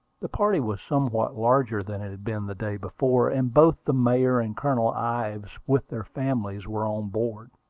the party was somewhat larger than it had been the day before, and both the mayor and colonel ives, with their families, were on board.